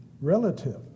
relative